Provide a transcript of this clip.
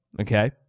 okay